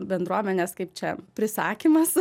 bendruomenės kaip čia prisakymas